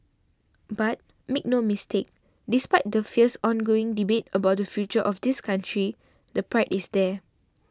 but make no mistake despite the fierce ongoing debate about the future of this country the pride is there